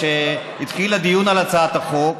כשהתחיל הדיון על הצעת החוק,